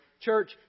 church